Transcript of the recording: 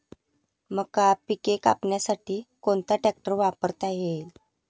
मका पिके कापण्यासाठी कोणता ट्रॅक्टर वापरता येईल?